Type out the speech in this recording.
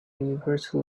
universal